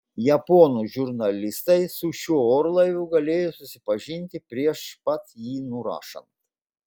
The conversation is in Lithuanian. japonų žurnalistai su šiuo orlaiviu galėjo susipažinti prieš pat jį nurašant